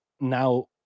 now